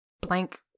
blank